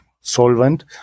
solvent